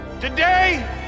Today